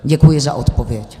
Děkuji za odpověď.